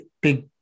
big